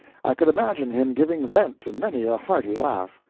i could imagine him giving vent to many a hearty laugh.